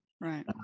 right